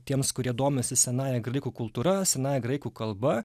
tiems kurie domisi senąja graikų kultūra senąja graikų kalba